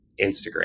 Instagram